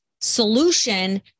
solution